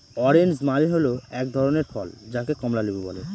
orange মানে হল এক ধরনের ফল যাকে কমলা লেবু বলে